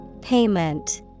Payment